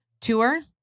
tour